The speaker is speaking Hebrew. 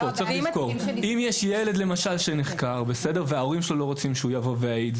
אם יש ילד שנחקר וההורים שלו לא רוצים שהוא יעיד,